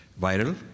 viral